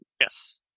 Yes